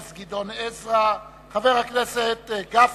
חבר הכנסת גדעון עזרא,